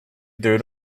doing